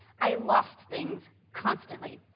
i lost things constantly.